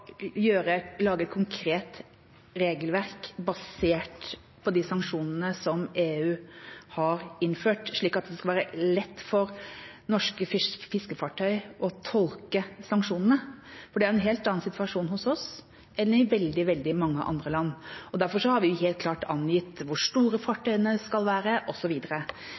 lage et konkret regelverk basert på de sanksjonene EU har innført, slik at det skal være lett for norske fiskefartøy å tolke sanksjonene. For det er en helt annen situasjon hos oss enn i veldig, veldig mange andre land. Derfor har vi helt klart angitt hvor store fartøyene skal være,